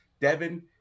Devin